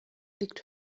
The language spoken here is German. liegt